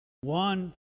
One